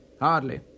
Hardly